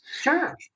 Sure